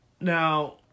Now